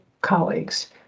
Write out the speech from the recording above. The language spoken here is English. colleagues